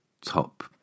top